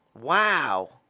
Wow